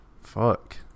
Fuck